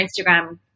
instagram